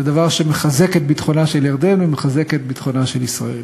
זה דבר שמחזק את ביטחונה של ירדן ומחזק את ביטחונה של ישראל.